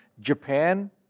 Japan